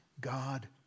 God